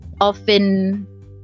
often